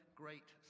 great